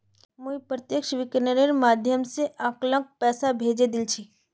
मुई प्रत्यक्ष विकलनेर माध्यम स अंकलक पैसा भेजे दिल छि